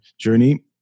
journey